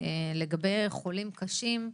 שלגבי חולים קשים,